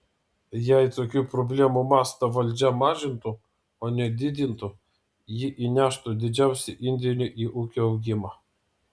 jei tokių problemų mastą valdžia mažintų o ne didintų ji įneštų didžiausią indėlį į ūkio augimą